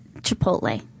Chipotle